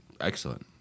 Excellent